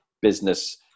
business